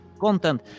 content